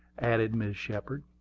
added mrs. shepard.